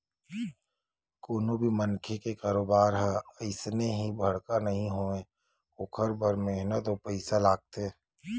कोनो भी मनखे के कारोबार ह अइसने ही बड़का नइ होवय ओखर बर मेहनत अउ पइसा लागथे